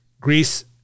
Greece